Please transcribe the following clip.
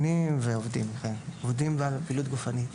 במספר המתאמנים שמופיע במכשירי התנגדות או מכשירים אירוביים,